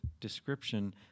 description